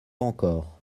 encore